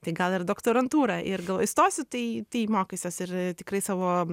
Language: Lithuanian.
tai gal ir doktorantūrą ir gal įstosiu tai tai mokysiuosi ir tikrai savo